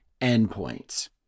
endpoints